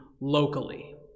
locally